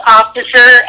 officer